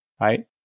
right